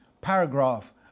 paragraph